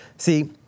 See